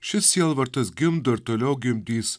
šis sielvartas gimdo ir toliau gimdys